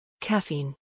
caffeine